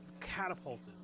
catapulted